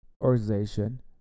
organization